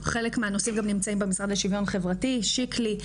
מהנושאים גם נמצאים במשרד לשוויון חברתי, שיקלי.